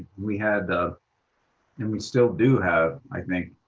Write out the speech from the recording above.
we had ah and we still do have, i think,